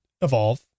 evolve